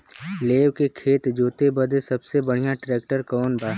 लेव के खेत जोते बदे सबसे बढ़ियां ट्रैक्टर कवन बा?